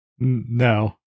No